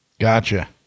Gotcha